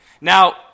Now